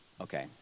Okay